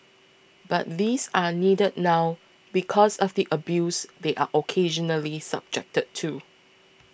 but these are needed now because of the abuse they are occasionally subjected to